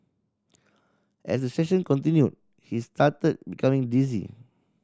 as the session continued he started becoming dizzy